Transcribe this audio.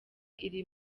iri